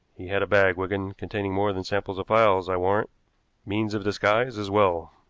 he had a bag, wigan, containing more than samples of files, i warrant means of disguise as well.